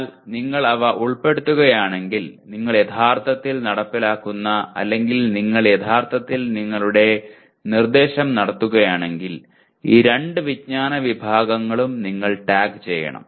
എന്നാൽ നിങ്ങൾ അവ ഉൾപ്പെടുത്തുകയാണെങ്കിൽ നിങ്ങൾ യഥാർത്ഥത്തിൽ നടപ്പിലാക്കുന്ന അല്ലെങ്കിൽ നിങ്ങൾ യഥാർത്ഥത്തിൽ നിങ്ങളുടെ നിർദ്ദേശം നടത്തുകയാണെങ്കിൽ ഈ രണ്ട് വിജ്ഞാന വിഭാഗങ്ങളും നിങ്ങൾ ടാഗ് ചെയ്യണം